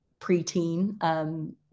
preteen